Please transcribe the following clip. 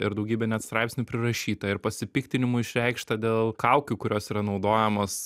ir daugybė net straipsnių prirašyta ir pasipiktinimų išreikšta dėl kaukių kurios yra naudojamos